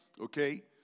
Okay